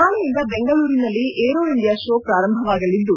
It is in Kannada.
ನಾಳೆಯಿಂದ ಬೆಂಗಳೂರಿನಲ್ಲಿ ಏರೋ ಇಂಡಿಯಾ ಶೋ ಪ್ರಾರಂಭವಾಗಲಿದ್ದು